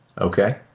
Okay